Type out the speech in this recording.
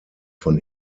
von